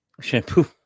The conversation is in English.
Shampoo